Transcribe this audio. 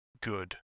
good